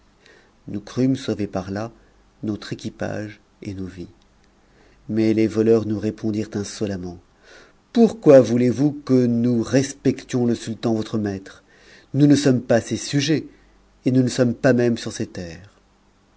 nous crûmes sauver par-là notre équipage et nos vies mais les voleurs nous répondirent insolemment pourquoi voulezvous que nous respections le sultan votre maître nous ne sommes pas ses sujets et nous ne sommes pas même sur ses terres